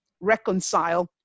reconcile